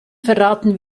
verraten